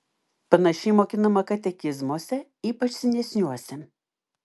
panašiai mokinama katekizmuose ypač senesniuose